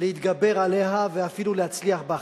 להתגבר עליה, ואפילו להצליח בה.